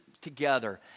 together